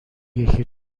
یکی